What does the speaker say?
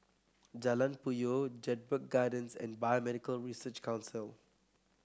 Jalan Puyoh Jedburgh Gardens and Biomedical Research Council